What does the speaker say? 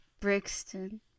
Brixton